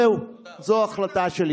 זהו, זו ההחלטה שלי.